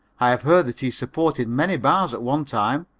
i have heard that he supported many bars at one time,